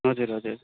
हजुर हजुर